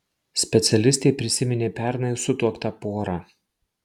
specialistė prisiminė pernai sutuoktą porą